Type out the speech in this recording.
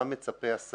מה מצפה השר.